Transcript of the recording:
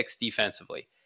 defensively